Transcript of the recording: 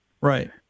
right